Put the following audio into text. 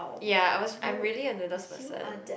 ya I was I'm really a noodles person